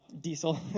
diesel